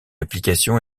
application